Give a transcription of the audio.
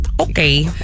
Okay